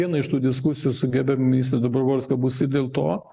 viena iš tų diskusijų su gerbiama ministre dobrovolska bus ir dėl to